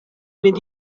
fynd